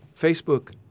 Facebook